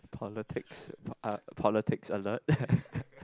politics po~ uh politics alert